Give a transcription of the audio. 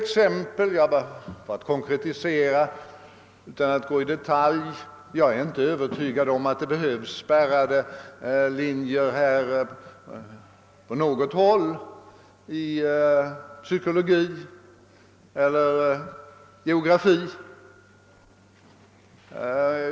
För att konkretisera vill jag säga att jag inte är övertygad om att det behövs spärrar i psykologi eller geografi.